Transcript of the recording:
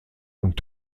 und